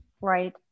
right